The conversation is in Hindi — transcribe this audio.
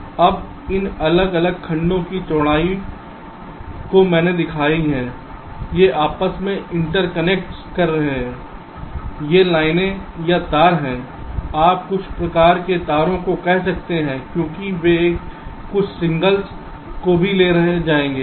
अब इन अलग अलग खंडों की चौड़ाई जो मैंने दिखाई है ये आपस में इंटरकनेक्टस कर रहे हैं ये लाइनें या तार हैं आप कुछ प्रकार के तारों को कह सकते हैं क्योंकि वे कुछ सिगनल्स को भी ले जाएंगे